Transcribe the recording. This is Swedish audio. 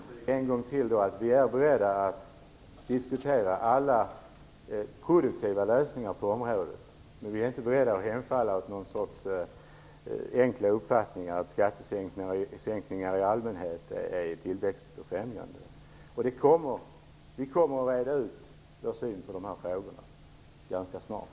Fru talman! Jag vill understryka en gång till att vi är beredda att diskutera alla produktiva lösningar på området, men vi är inte beredda att hemfalla åt någon sorts enkla uppfattningar att skattesänkningar i allmänhet är tillväxtbefrämjande. Vi kommer att reda ut vår syn på dessa frågor ganska snart.